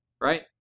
right